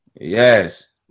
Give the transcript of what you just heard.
Yes